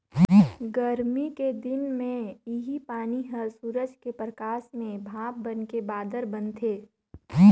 गरमी के दिन मे इहीं पानी हर सूरज के परकास में भाप बनके बादर बनथे